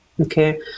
okay